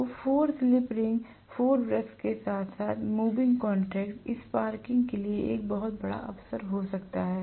तो 4 slip ring 4 brush के साथ साथ मूविंग कॉन्टैक्ट स्पार्किंग के लिए एक बहुत बड़ा अवसर हो सकता है